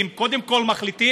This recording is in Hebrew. כי הם קודם כול מחליטים,